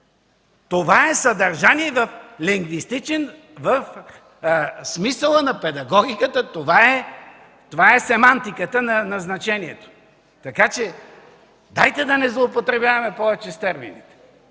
Това е съдържание в лингвистичен смисъл, в смисъла на педагогиката, това е семантиката на значението. Дайте да не злоупотребяваме повече с термините